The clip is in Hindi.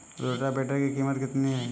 रोटावेटर की कीमत कितनी है?